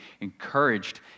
encouraged